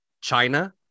China